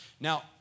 now